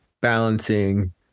balancing